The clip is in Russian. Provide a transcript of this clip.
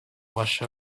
ваше